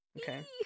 Okay